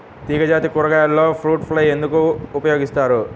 తీగజాతి కూరగాయలలో fruit fly ఎందుకు ఉపయోగిస్తాము?